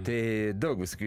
tai daug visokių